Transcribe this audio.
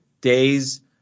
days